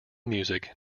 music